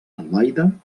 albaida